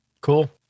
Cool